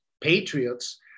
patriots